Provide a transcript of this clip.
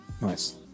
Nice